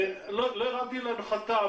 לא הרמתי להנחתה,